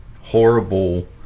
horrible